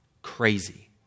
Crazy